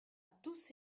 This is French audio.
tous